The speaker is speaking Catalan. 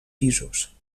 pisos